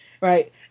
right